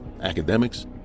academics